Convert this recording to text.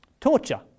torture